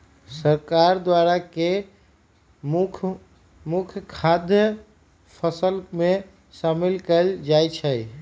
सरकार द्वारा के मुख्य मुख्य खाद्यान्न फसल में शामिल कएल जाइ छइ